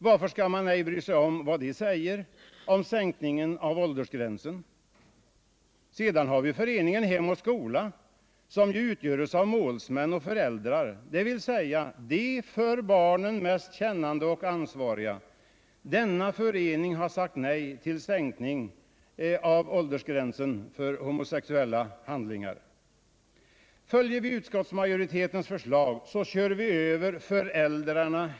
Varför skall man inte bry sig om vad de säger om sänkningen av åldersgränser? Sedan har vi Föreningen Hem och skola, som ju utgörs av målsmän och föräldrar, dvs. de för barnen mest kännande och ansvariga. Denna förening har sagt nej till en sänkning av åldersgränsen för homosexuella handlingar. Följer vi utskottsmajoritetens förslag kör vi hänsynslöst över föräldrarna.